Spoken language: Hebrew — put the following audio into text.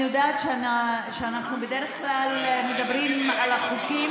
אני יודעת שאנחנו בדרך כלל מדברים על החוקים,